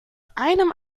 einem